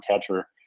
catcher